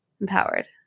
empowered